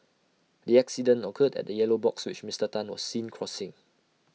the accident occurred at A yellow box which Mister Tan was seen crossing